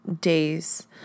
days